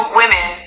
women